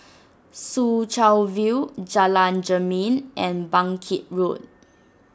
Soo Chow View Jalan Jermin and Bangkit Road